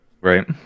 Right